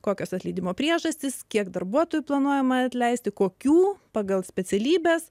kokios atleidimo priežastys kiek darbuotojų planuojama atleisti kokių pagal specialybes